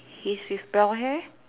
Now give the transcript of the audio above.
his with blonde hair